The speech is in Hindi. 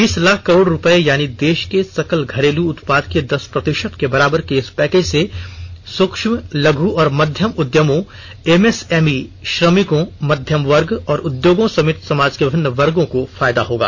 बीस लाख करोड रुपए यानी देश के सकल घरेलू उत्पाद के दस प्रतिशत के बराबर के इस पैकेज से सूक्ष्म लघु और मध्यम उद्यमों एमएसएमई श्रमिकों मध्यम वर्ग और उद्योगों समेत समाज के विभिन्न वर्गों को फायदा होगा